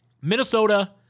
Minnesota